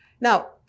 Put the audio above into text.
Now